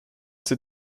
sie